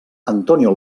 antonio